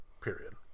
Period